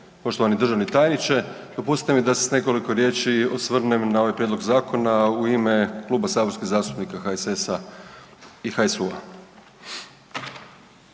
Poštovani državni tajniče, dopustite mi da se s nekoliko riječi osvrnem na ovaj prijedlog zakona u ime Kluba saborskih zastupnika HSS-a i HSU-a.